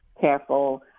careful